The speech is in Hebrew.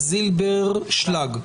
זילברשלב,